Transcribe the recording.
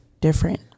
different